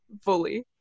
fully